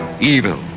evil